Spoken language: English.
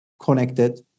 connected